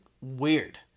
weird